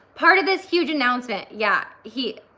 part of this huge announcement. yeah, he,